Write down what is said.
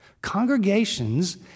Congregations